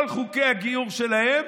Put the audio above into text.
כל חוקי הגיור שלהם